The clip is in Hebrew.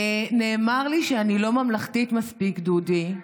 נאמר לי שאני לא ממלכתית מספיק, דודי,